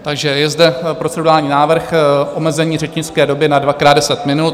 Takže je zde procedurální návrh omezení řečnické doby na dvakrát deset minut.